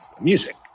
music